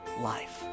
life